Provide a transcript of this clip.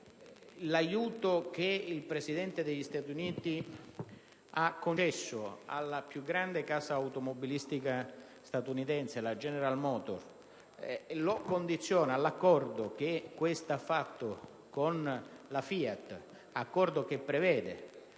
l'aiuto che il Presidente degli Stati Uniti ha concesso alla più grande casa automobilistica statunitense, la General Motors, è condizionato dall'accordo con la FIAT secondo cui si prevede